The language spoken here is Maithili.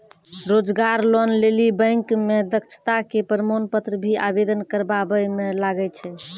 रोजगार लोन लेली बैंक मे दक्षता के प्रमाण पत्र भी आवेदन करबाबै मे लागै छै?